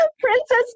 Princess